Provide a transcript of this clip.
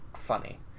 funny